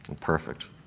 Perfect